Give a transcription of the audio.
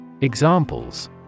Examples